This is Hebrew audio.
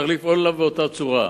צריך לפעול אתה באותה צורה.